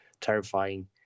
terrifying